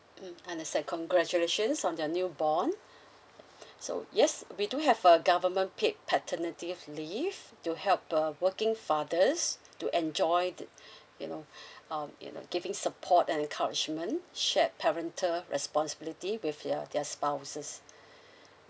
mm understand congratulations on the new born so yes we do have a government paid paternity leave to help the working fathers to enjoy the you know um you know giving support and encouragement share parental responsibility with their their spouses